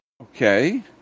Okay